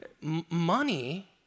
Money